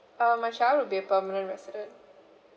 uh my child will be a permanent resident